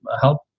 help